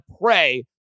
pray